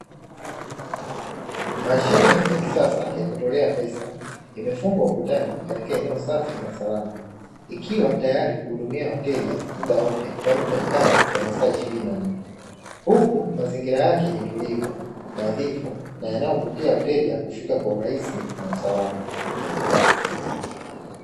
Mashine ya kisasa ya kutolea pesa imefungwa ukutani katika eneo safi na salama. Ikiwa tayari kuhudumia wateja muda wote kwani hupatikana kwa masaa ishirini na nne. Huku mazingira yake ni tulivu, nadhifu na yanayovutia wateja kufika kwa urahisi na usalama.